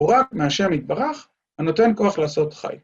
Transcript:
הוא רק מהשם יתברך הנותן כוח לעשות חי.